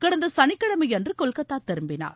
கடந்த சனிக்கிழமை அன்று கொல்கத்தா திரும்பினார்